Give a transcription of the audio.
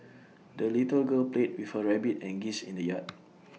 the little girl played with her rabbit and geese in the yard